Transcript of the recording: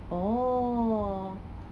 orh